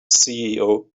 ceo